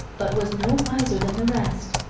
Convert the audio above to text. but was no wiser than the rest.